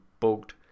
bugged